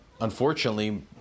unfortunately